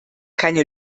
keine